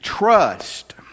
Trust